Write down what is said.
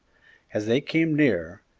as they came near,